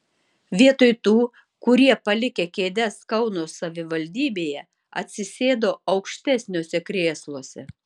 vietoj tų kurie palikę kėdes kauno savivaldybėje atsisėdo aukštesniuose krėsluose